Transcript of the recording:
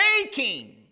taking